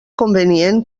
convenient